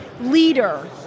leader